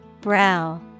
Brow